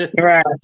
right